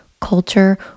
culture